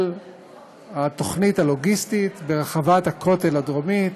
התוכנית הלוגיסטית ברחבת הכותל הדרומית,